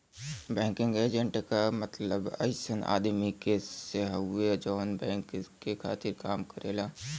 banking agent क मतलब अइसन आदमी से हउवे जौन बैंक के खातिर काम करेला